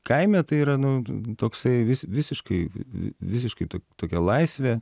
kaime tai yra nu toksai vis visiškai visiškai to tokia laisvė